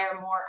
more